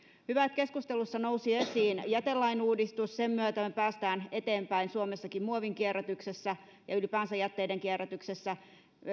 että keskustelussa nousi esiin jätelain uudistus sen myötä me pääsemme eteenpäin suomessakin muovin kierrätyksessä ja ylipäänsä jätteiden kierrätyksessä